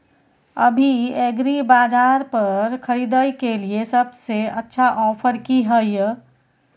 अभी एग्रीबाजार पर खरीदय के लिये सबसे अच्छा ऑफर की हय?